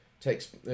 Takes